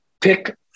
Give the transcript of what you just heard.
pick